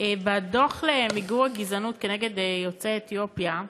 בדוח למיגור הגזענות כנגד יוצאי אתיופיה,